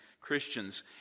Christians